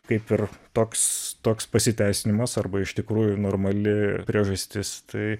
kaip ir toks toks pasiteisinimas arba iš tikrųjų normali priežastis tai